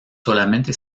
solamente